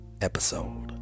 episode